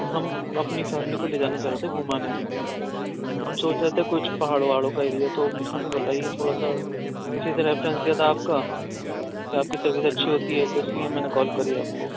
ہم اپنی فیملی کو لے جانا چاہ رہے تھے گُھمانے ہم سوچ رہے تھے کچھ پہاڑوں وہاڑوں کا ایریا تو کچھ ہمیں بتائیے تھوڑا سا کسی نے ریفرنس دیا تھا آپ کا کہ آپ کی سروس اچھی ہوتی ہے تو اِس لئے میں نے کال کی آپ کو